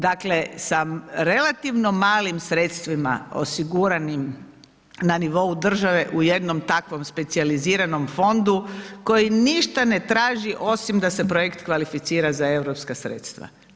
Dakle, sa relativno malim sredstvima osiguranim na nivou države u jednom takvom specijaliziranom fondu koji ništa ne traži osim da se projekt kvalificira ja europska sredstva.